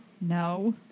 No